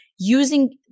using